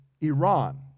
Iran